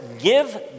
give